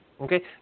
Okay